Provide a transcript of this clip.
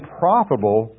profitable